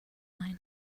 mine